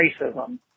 Racism